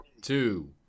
two